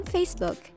Facebook